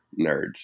nerds